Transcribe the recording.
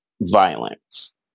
violence